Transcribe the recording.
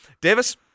Davis